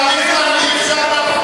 היא היתה שרה,